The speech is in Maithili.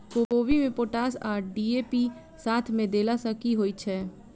कोबी मे पोटाश आ डी.ए.पी साथ मे देला सऽ की होइ छै?